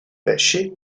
pesci